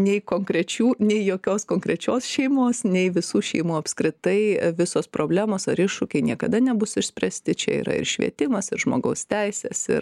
nei konkrečių nei jokios konkrečios šeimos nei visų šeimų apskritai visos problemos ar iššūkiai niekada nebus išspręsti čia yra ir švietimas ir žmogaus teisės ir